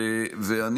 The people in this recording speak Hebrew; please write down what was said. לא משתמשים בכלל.